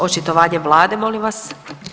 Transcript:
Očitovanje vlade molim vas.